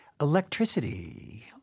Electricity